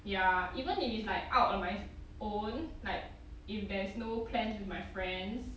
ya even if it's like out on my own like if there is no plans with my friends